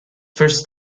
first